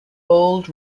old